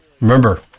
remember